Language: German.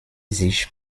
sich